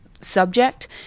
subject